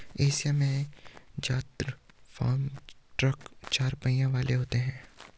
Asia में जदात्र farm truck चार पहियों वाले होते हैं